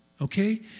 okay